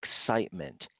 excitement